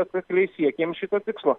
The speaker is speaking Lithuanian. atkakliai siekėm šito tikslo